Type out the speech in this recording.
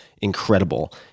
incredible